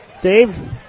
Dave